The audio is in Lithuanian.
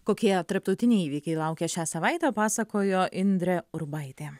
kokie tarptautiniai įvykiai laukia šią savaitę pasakojo indrė urbaitė